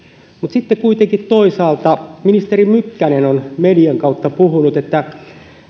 sitten kuitenkin toisaalta ministeri mykkänen on median kautta puhunut että